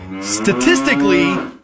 Statistically